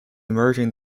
emerging